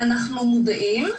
אנחנו מודעים,